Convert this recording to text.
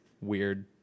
weird